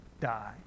die